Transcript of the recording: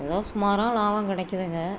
ஏதோ சுமாராக லாபம் கிடைக்கிதுங்க